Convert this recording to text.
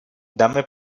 dame